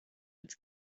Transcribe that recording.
its